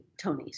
Tonys